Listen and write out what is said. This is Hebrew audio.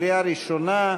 קריאה ראשונה,